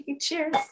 Cheers